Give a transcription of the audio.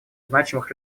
значимых